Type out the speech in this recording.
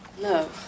No